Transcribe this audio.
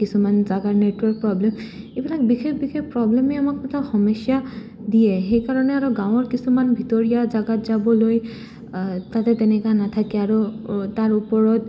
কিছুমান জাগাৰ network problem এইবিলাক বিশেষ বিশেষ প্ৰব্লেমেই আমাক এটা সমস্যা দিয়ে সেইকাৰণে আৰু গাঁৱৰ কিছুমান ভিতৰীয়া জাগাত যাবলৈ তাতে তেনেকা নাথাকে আৰু তাৰ ওপৰত